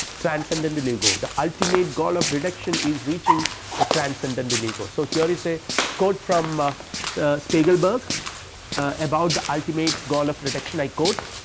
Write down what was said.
transcendental ego. the ultimate goal of reduction is reaching the transcendental ego. so here is a quote from ah spielberg about the ultimate goal of reduction i quote,